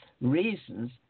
reasons